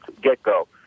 get-go